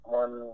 one